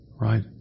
Right